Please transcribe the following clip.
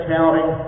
County